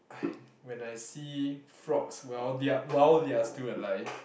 when I see frogs while they are while they are still alive